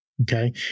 Okay